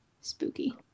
spooky